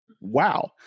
wow